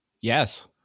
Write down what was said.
Yes